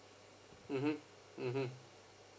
mmhmm mmhmm